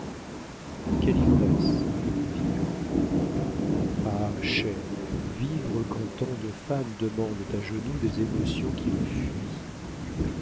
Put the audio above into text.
quelle ivresse que de vivre enfin ah chère vivre quand tant de femmes demandent à genoux des émotions qui les fuient